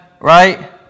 right